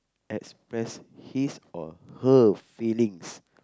express his or her feelings